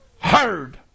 heard